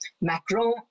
Macron